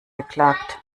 beklagt